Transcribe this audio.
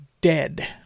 dead